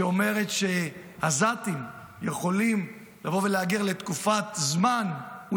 שאומרת שעזתים יכולים להגיע לתקופת זמן למקומות אחרים,